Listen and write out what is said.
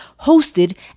hosted